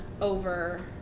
over